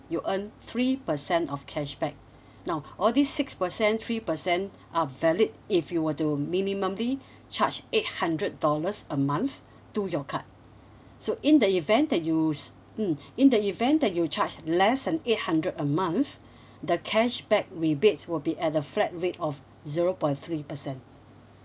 you earn three percent of cashback now all this six percent three percent are valid if you were to minimumly charge eight hundred dollars a month to your card so in the event that you s~ mm in the event that you charge less than eight hundred a month the cashback rebates will be at a flat rate of zero point three percent